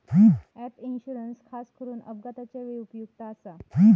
gap insurance खासकरून अपघाताच्या वेळी उपयुक्त आसा